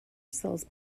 cells